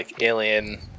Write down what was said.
alien